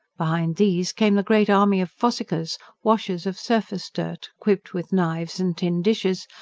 behind these came the great army of fossickers, washers of surface-dirt, equipped with knives and tin-dishes,